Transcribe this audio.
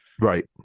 Right